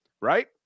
Right